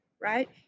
Right